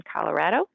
Colorado